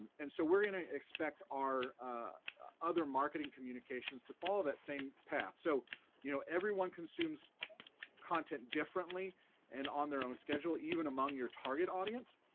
and and so we're gonna expect our other marketing communications to follow that same path. so you know everyone consumes content differently and on their own schedule, even among your target audience.